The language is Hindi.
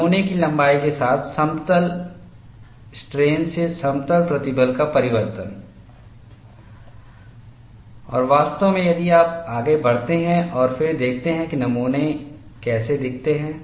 नमूने की लंबाई के साथ समतल स्ट्रेन से समतल प्रतिबल का परिवर्तन और वास्तव में यदि आप आगे बढ़ते हैं और फिर देखते हैं कि नमूने कैसा दिखता है